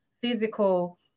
physical